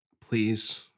Please